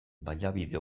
baliabide